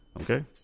Okay